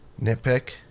nitpick